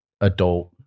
adult